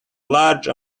large